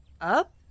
up